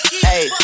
Hey